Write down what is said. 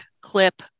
clip